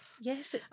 yes